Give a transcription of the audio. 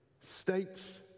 states